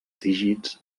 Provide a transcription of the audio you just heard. dígits